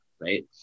right